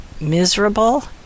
miserable